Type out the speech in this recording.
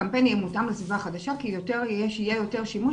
הקמפיין יהיה מותאם לסביבה החדשה כי יהיה יותר שימוש